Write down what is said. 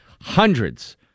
hundreds